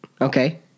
Okay